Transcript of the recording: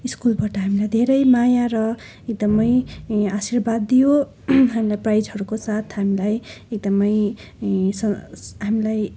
स्कुलबाट हामीलाई धेरै माया र एकदमै आशीर्वाद दिइयो हामीलाई प्राइजहरूको साथ हामीलाई एकदमै हामीलाई